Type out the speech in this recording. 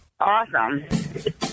Awesome